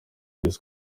yezu